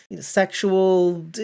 sexual